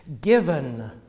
given